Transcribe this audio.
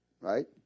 Right